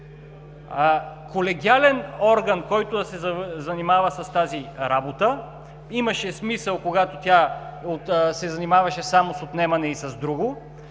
Колегиален орган, който да се занимава с тази работа, имаше смисъл, когато се занимаваше само с отнемане и с друго.